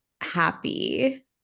happy